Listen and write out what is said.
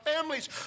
families